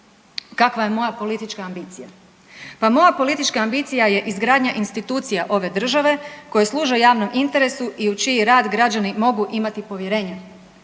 kakva je moja politička ambicija. Pa moja politička ambicija je izgradnja institucija ove države koje služe javnom interesu i u čiji rad građani mogu imati povjerenja